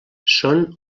són